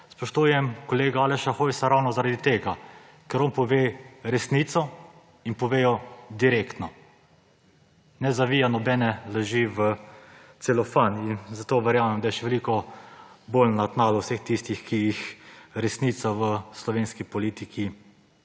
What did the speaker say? spoštujem kolega Aleša Hojsa ravno zaradi tega, ker on pove resnico in pove jo direktno. Ne zavija nobene laži v celofan in zato verjamem, da je še veliko bolj na tnalu vseh tistih, ki jih resnica v slovenski politiki